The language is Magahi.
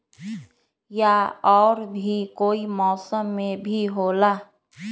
या और भी कोई मौसम मे भी होला?